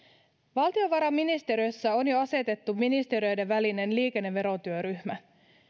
valtiovarainministeriössä on jo asetettu ministeriöiden välinen liikenneverotyöryhmä